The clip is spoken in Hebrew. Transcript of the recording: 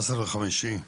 היום 17 במאי,